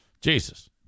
Jesus